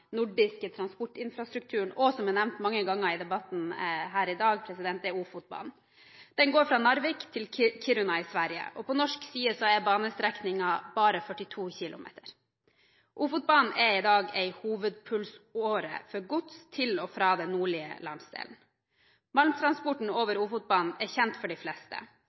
nordiske transportinfrastrukturen, og som er nevnt mange ganger i debatten her i dag, er Ofotbanen. Den går fra Narvik til Kiruna i Sverige. På norsk side er banestrekningen bare 42 kilometer. Ofotbanen er i dag en hovedpulsåre for gods til og fra den nordlige landsdelen. Malmtransporten over Ofotbanen er kjent for de fleste.